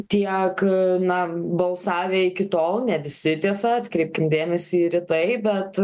tiek na balsavę iki tol ne visi tiesa atkreipkim dėmesį ir į bet